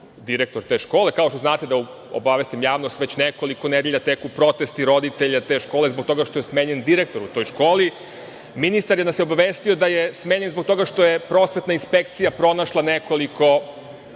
direktor te škole. Kao što znate, da obavestim javnost, već nekoliko nedelja teku protesti roditelja te škole zbog toga što je smenjen direktor u toj školi. Ministar nas je obavestio da je smenjen zbog toga što je prosvetna inspekcija pronašla nekoliko